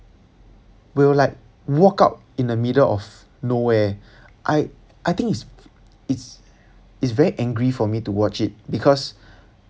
will like walk out in the middle of nowhere I I think it's it's it's very angry for me to watch it because